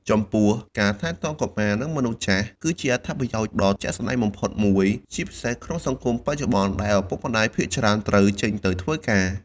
ចំពោះ ការថែទាំកុមារ និងមនុស្សចាស់ គឺជាអត្ថប្រយោជន៍ដ៏ជាក់ស្តែងបំផុតមួយ ជាពិសេសក្នុងសង្គមបច្ចុប្បន្នដែលឪពុកម្តាយភាគច្រើនត្រូវចេញទៅធ្វើការ។